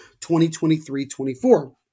2023-24